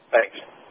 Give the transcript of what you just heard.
Thanks